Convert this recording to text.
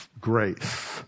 grace